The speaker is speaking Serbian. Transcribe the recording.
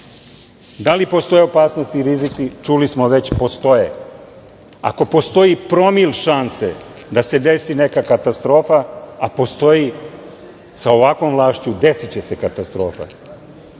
li postoje opasnost i rizici? Čuli smo već da postoje. Ako postoji promil šanse da se desi neka katastrofa, a postoji, sa ovakvom vlašću desiće se katastrofa. Najzad,